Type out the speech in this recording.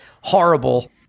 horrible